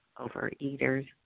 overeaters